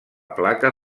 placa